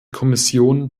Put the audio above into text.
kommission